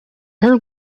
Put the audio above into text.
hair